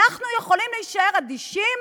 אנחנו יכולים להישאר אדישים?